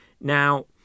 Now